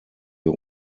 wir